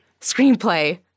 screenplay